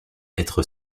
être